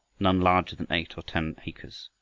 none larger than eight or ten acres.